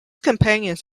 companions